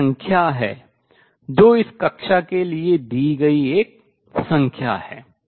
एक संख्या है जो इस कक्षा के लिए दी गई एक संख्या है